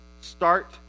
Start